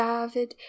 David